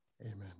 Amen